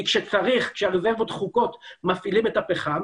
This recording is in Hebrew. כי כשהרזרבות דחוקות מפעילים את הפחם.